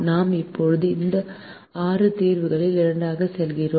நாம் இப்போது ஆறு தீர்வுகளில் இரண்டாவதாக செல்கிறோம்